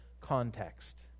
context